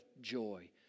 joy